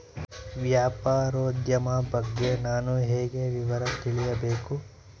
ವ್ಯಾಪಾರೋದ್ಯಮ ಬಗ್ಗೆ ನಾನು ಹೇಗೆ ವಿವರ ತಿಳಿಯಬೇಕು?